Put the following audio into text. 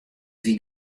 wie